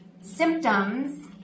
symptoms